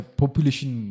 population